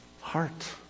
heart